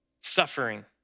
suffering